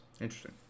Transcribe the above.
Interesting